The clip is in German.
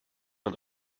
man